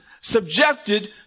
subjected